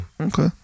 Okay